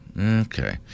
Okay